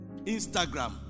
Instagram